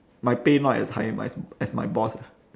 my pay not as high my as my boss